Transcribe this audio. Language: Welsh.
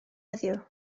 heddiw